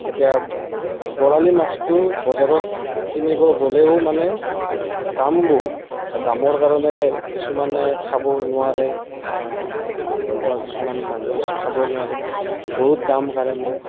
এতিয়া বৰালি মাছটো বজাৰত কিনিব গ'লেও মানে দাম বহুত দামৰ কাৰণে কিছুমানে খাব নোৱাৰে বা এনেকুৱা কিছুমান মানুহ আছে খাব নোৱাৰে বহুত দাম কাৰণে